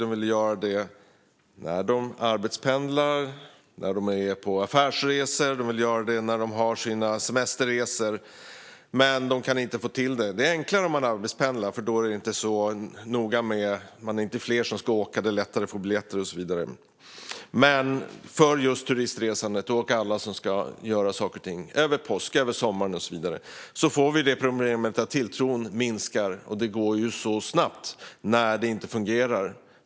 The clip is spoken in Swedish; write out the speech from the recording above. De vill göra det när de arbetspendlar, när de är på affärsresor och när de har sina semesterresor, men de kan inte få till det. Det är enklare om man arbetspendlar. Då är det inte så noga. Man är inte fler som ska åka, och det är lättare att få biljetter och så vidare. Men för turistresandet och alla som ska göra saker och ting över påsk, sommaren och så vidare får vi problemet att tilltron minskar. Det går så snabbt när det inte fungerar.